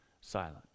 silent